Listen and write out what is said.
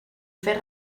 fer